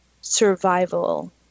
survival